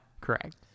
correct